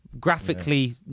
graphically